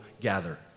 gather